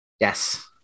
Yes